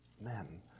men